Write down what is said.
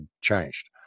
changed